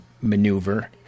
maneuver